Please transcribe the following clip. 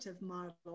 model